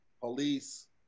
police